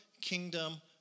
kingdom